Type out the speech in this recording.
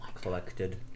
Collected